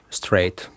straight